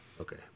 Okay